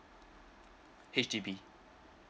H_D_B